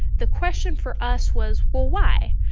the question for us was, well, why?